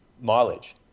mileage